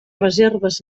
reserves